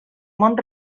mont